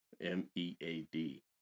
M-E-A-D